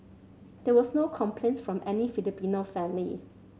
there was no complaint from any Filipino family